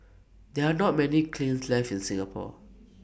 there are not many kilns left in Singapore